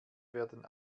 werden